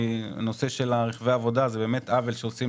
הנושא של רכבי העבודה זה עוול שעושים